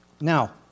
Now